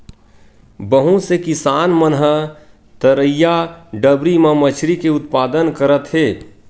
बहुत से किसान मन ह तरईया, डबरी म मछरी के उत्पादन करत हे